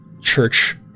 church